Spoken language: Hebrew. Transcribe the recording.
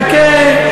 חכה.